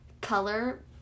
color